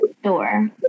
door